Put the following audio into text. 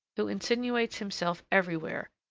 who insinuates himself everywhere,